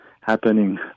happening